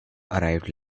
arrived